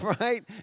right